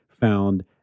found